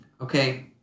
okay